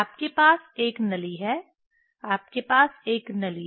आपके पास एक नली है आपके पास एक नली है